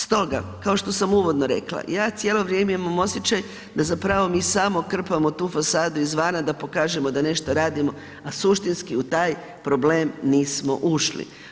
Stoga, kao što sam uvodno rekla, ja cijelo vrijeme imam osjećaj da zapravo mi samo krpamo tu fasadu izvana da pokažemo da nešto radimo a suštinski u taj problem nismo ušli.